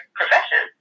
profession